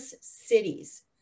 cities